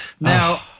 Now